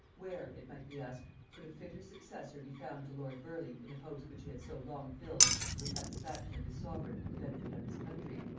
where, it might be asked, could a fitter successor be found to lord burleigh in the post which he had so long filled to the satisfaction of his sovereign and the benefit of his country,